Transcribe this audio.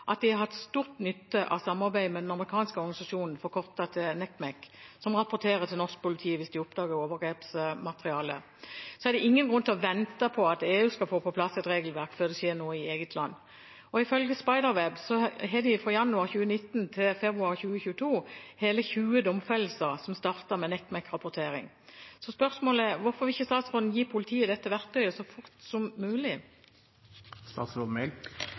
har hatt stor nytte av samarbeidet med den amerikanske organisasjonen National Center for Missing and Exploited Children, NCMEC, som rapporterer til norsk politi hvis de oppdager overgrepsmateriale. Da er det ingen grunn til å vente at EU skal få på plass et regelverk før det skjer noe i vårt eget land. Ifølge Operasjon Spiderweb har det fra januar 2019 til februar 2022 skjedd hele 20 domfellelser, som startet med NCMEC-rapportering. Så spørsmålet er: Hvorfor vil ikke statsråden gi politiet dette verktøyet så fort som mulig?